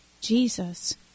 Jesus